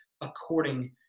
according